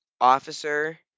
officer